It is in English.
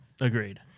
Agreed